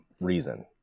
reason